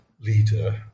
leader